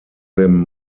them